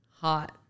Hot